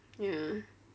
ya